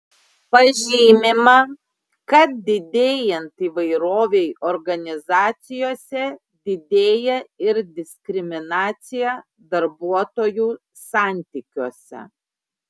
pažymima kad didėjant įvairovei organizacijose didėja ir diskriminacija darbuotojų santykiuose